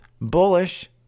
bullish